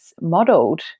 modeled